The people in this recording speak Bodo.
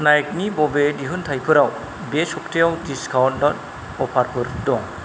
नाइकनि बबे दिहुनथाइफोराव बे सप्तायाव डिसकाउन्ट अफारफोर दङ